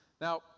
Now